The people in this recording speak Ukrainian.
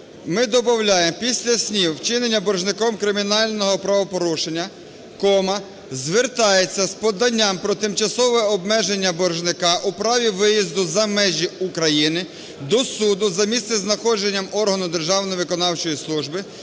ми добавляємо після слів "вчинення боржником кримінального правопорушення, звертається з поданням про тимчасове обмеження боржника у праві виїзду за межі України до суду за місцезнаходженням